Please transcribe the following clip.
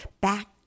back